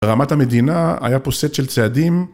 רמת המדינה היה פה סט של צעדים